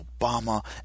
Obama